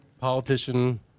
Politician